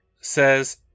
says